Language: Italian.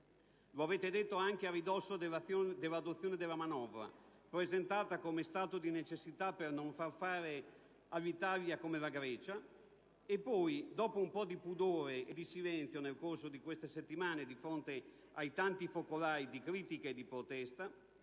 Lo avete detto anche a ridosso dell'adozione della manovra, presentata come stato di necessità per non fare come la Grecia e poi, dopo un po' di pudore e di silenzio nel corso di queste settimane, di fronte ai tanti focolai di critica e di protesta,